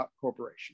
corporation